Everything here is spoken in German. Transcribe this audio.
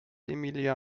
emilia